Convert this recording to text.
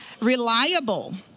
Reliable